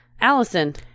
Allison